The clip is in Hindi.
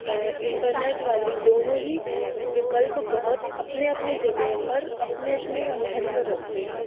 इंटरनेट वाली दोनों ही विकल्प बहुत अपने अपने जगह पर अपने अपने महत्व रखते हैं